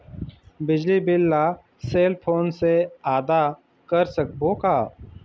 बिजली बिल ला cell phone से आदा कर सकबो का?